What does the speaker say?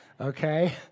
okay